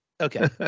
Okay